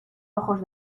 ojos